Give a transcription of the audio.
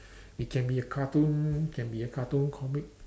it can be a cartoon can be a cartoon comic